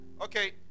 okay